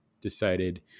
decided